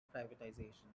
privatization